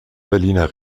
berliner